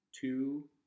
two